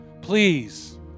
please